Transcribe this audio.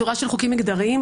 שורה של חוקים מגדריים,